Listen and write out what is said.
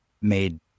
made